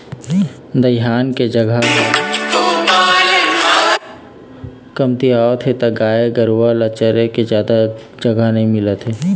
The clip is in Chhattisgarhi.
दइहान के जघा ह कमतियावत हे त गाय गरूवा ल चरे के जादा जघा नइ मिलत हे